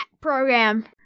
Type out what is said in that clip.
program